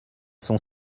sont